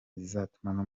izatuma